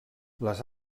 les